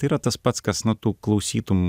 tai yra tas pats kas na tu klausytum